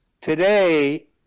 Today